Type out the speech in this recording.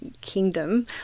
kingdom